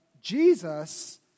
Jesus